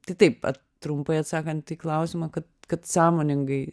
tai taip vat trumpai atsakant į klausimą kad kad sąmoningai